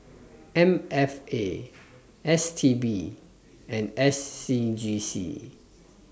M F A S T B and S C G C